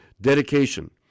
Dedication